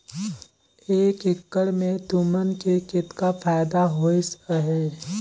एक एकड़ मे तुमन के केतना फायदा होइस अहे